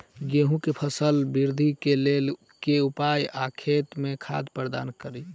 गेंहूँ केँ फसल वृद्धि केँ लेल केँ उपाय आ खेत मे खाद प्रदान कड़ी?